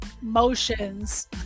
motions